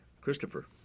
Christopher